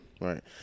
Right